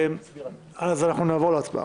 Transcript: נעבור להצבעה.